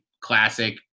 classic